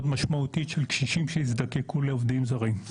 משמעותית של קשישים שיזדקקו לעובדים זרים.